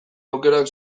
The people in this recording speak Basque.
aukerak